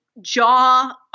jaw